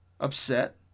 upset